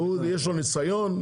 הוא יש לו ניסיון,